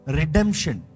redemption